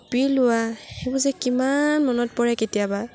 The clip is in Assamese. কপি লোৱা সেইবোৰ যে কিমান মনত পৰে কেতিয়াবা